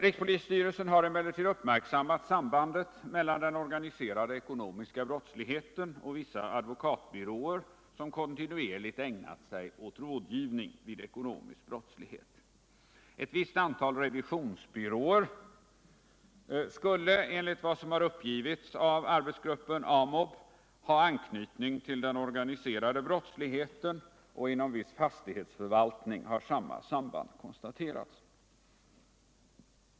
Rikspolisstyrelsen har emellertid uppmärksammat sambandet mellan den organiserade ekonomiska brottsligheten och vissa advokatbyråer, som kontinuerligt ägnat sig åt rådgivning vid ekonomisk brottslighet. Ett visst antal revisionsbyråer skulle enligt vad som har uppgivits av arbetsgruppen ha anknytning till den organiserade brottsligheten, och inom viss fastighetsförvaltning har samma samband konstaterats.